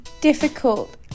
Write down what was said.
difficult